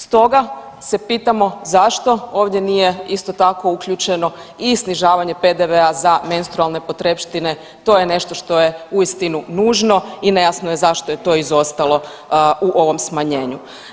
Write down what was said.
Stoga se pitamo zašto ovdje nije isto tako uključeno i snižavanje PDV-a za menstrualne potrepštine, to je nešto što je uistinu nužno i nejasno je zašto je to izostalo u ovom smanjenju.